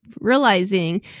realizing